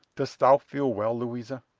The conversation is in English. dost thou feel well, louisa?